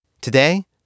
Today